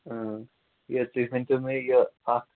ٲں یہِ تُہۍ ؤنۍ تَو مےٚ یہِ اَکھ